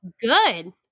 Good